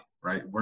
right